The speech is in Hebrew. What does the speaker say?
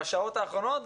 בשעות האחרונות,